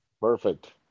Perfect